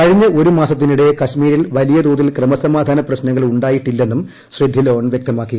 കഴിഞ്ഞ ഒരു മാസത്തിനിടെ കശ്മീരിൽ വലിയതോതിൽ ക്രമസമാധാന പ്രശ്നങ്ങൾ ഉണ്ടായിട്ടില്ലെന്നും ശ്രീ ധിലോൺ വ്യക്തമാക്കി